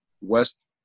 west